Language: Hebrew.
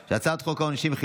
את הצעת חוק העונשין (תיקון,